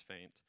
faint